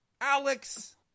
Alex